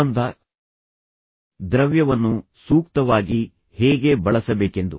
ಸುಗಂಧ ದ್ರವ್ಯವನ್ನು ಸೂಕ್ತವಾಗಿ ಹೇಗೆ ಬಳಸಬೇಕೆಂದು